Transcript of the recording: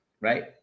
right